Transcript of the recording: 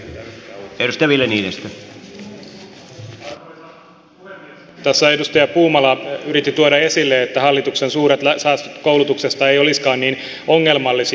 tässä edustaja puumala yritti tuoda esille että hallituksen suuret säästöt koulutuksesta eivät olisikaan niin ongelmallisia